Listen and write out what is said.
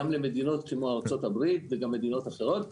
גם למדינות כמו ארצות הברית, וגם למדינות אחרות.